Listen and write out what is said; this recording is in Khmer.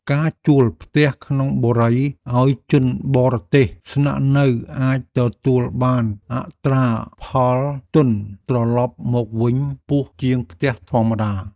ការជួលផ្ទះក្នុងបុរីឱ្យជនបរទេសស្នាក់នៅអាចទទួលបានអត្រាផលទុនត្រឡប់មកវិញខ្ពស់ជាងផ្ទះធម្មតា។